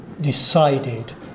decided